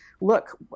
look